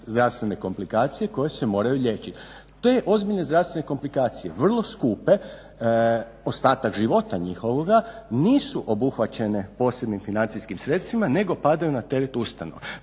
zdravstvene komplikacije koje se moraju liječiti. Te ozbiljne zdravstvene komplikacije vrlo skupe ostatak života njihovoga nisu obuhvaćene posebnim financijskim sredstvima nego padaju na teret ustanove.